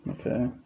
Okay